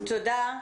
תודה.